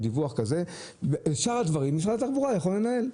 את שאר הדברים משרד התחבורה יכול לנהל,